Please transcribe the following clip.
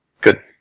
Good